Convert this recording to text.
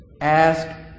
Ask